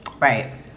Right